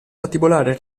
patibolare